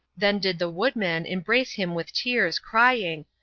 then did the woodman embrace him with tears, crying,